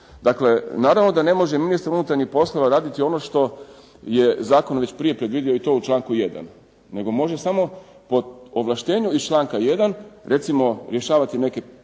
Dakle, naravno da ne može ministar unutarnjih poslova raditi ono što je zakonom već prije predvidio i to u članku 1., nego može samo po ovlaštenju iz članka 1. recimo rješavati neke